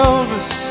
Elvis